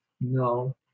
no